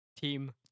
team